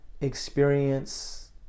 experience